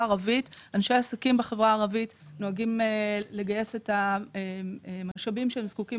אנשי עסקים בחברה הערבית נוהגים לגייס את המשאבים שהם זקוקים